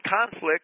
conflict